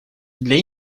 для